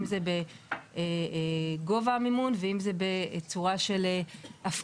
אם זה בגובה המימון ואם זה בצורה של הפקעות,